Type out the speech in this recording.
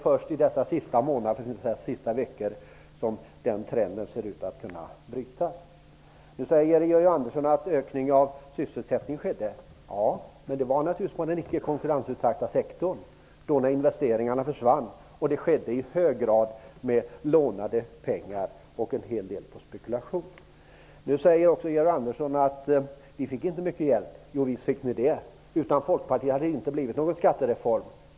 Först under de senaste veckorna har den trenden sett ut att kunna brytas. Georg Andersson sade att en ökning av sysselsättningen skedde. Ja, men det var naturligtvis inom den icke konkurrensutsatta sektorn sedan investeringarna försvann, och det skedde i hög grad med lånade pengar och en hel del spekulation. Georg Andersson sade att de inte fick mycket hjälp. Men visst fick de det! Utan Folkpartiet hade det inte blivit någon skattereform.